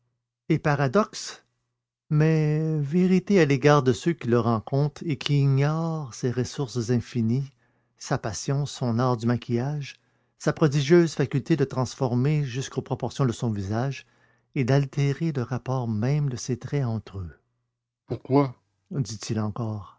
et paradoxe mais vérité à l'égard de ceux qui le rencontrent et qui ignorent ses ressources infinies sa patience son art du maquillage sa prodigieuse faculté de transformer jusqu'aux proportions de son visage et d'altérer le rapport même de ses traits entre eux pourquoi dit-il encore